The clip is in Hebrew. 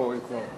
לא, אם כבר.